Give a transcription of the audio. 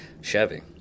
Chevy